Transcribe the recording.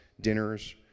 dinners